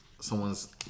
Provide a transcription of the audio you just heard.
someone's